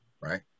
right